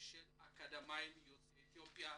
של אקדמאים יוצאי אתיופיה